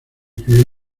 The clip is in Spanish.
crio